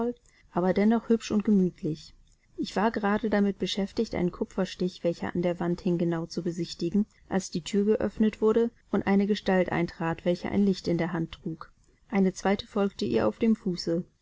aber dennoch hübsch und gemütlich ich war grade damit beschäftigt einen kupferstich welcher an der wand hing genau zu besichtigen als die thür geöffnet wurde und eine gestalt eintrat welche ein licht in der hand trug eine zweite folgte ihr auf dem fuße